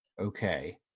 Okay